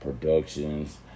productions